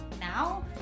now